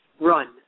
run